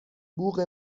بوق